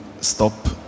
stop